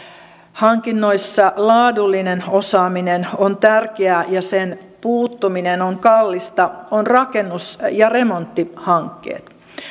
hankinnoissa laadullinen osaaminen on tärkeää ja sen puuttuminen on kallista ovat rakennus ja remonttihankkeet